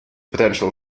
potential